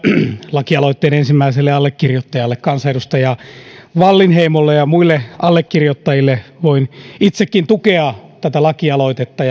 lakialoitteen ensimmäiselle allekirjoittajalle kansanedustaja wallinheimolle ja muille allekirjoittajille voin itsekin tukea tätä lakialoitetta